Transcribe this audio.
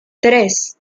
tres